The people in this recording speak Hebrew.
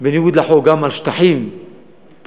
בניגוד לחוק גם על שטחים פרטיים,